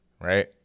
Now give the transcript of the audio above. right